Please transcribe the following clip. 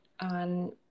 on